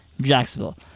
Jacksonville